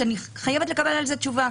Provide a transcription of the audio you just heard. שאני חייבת לקבל על זה תשובה,